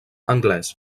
anglès